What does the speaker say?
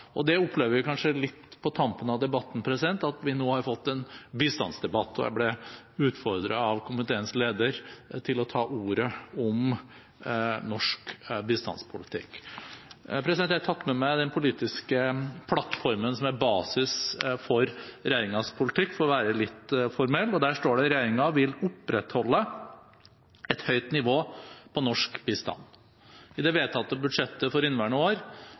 på tampen av debatten opplever vi kanskje litt at vi har fått en bistandsdebatt, og jeg ble utfordret av komiteens leder til å ta ordet for å si noe om norsk bistandspolitikk. Jeg har tatt med meg den politiske plattformen, som er basis for regjeringens politikk, for å være litt formell. Der står det: «Regjeringen vil opprettholde et høyt nivå på norsk bistand.» I det vedtatte budsjettet for inneværende år